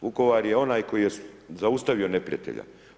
Vukovar je onaj koji je zaustavio neprijatelja.